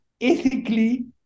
ethically